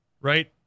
Right